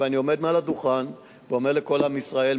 ואני עומד על הדוכן ואומר לכל עם ישראל,